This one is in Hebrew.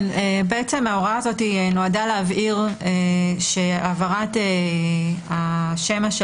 ההוראה הזאת נועדה להבהיר שהעברת השמע של